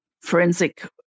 forensic